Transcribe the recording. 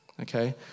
Okay